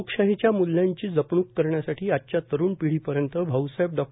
लोकशाहीच्या मूल्यांची जपणूक करण्यासाठी आजच्या तरूण पिढीपर्यंत भाऊसाहेब डॉ